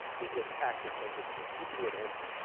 they get tax incentives for keeping it empty.